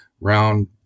Round